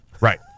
Right